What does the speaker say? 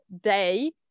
day